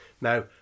Now